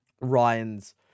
ryan's